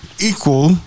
equal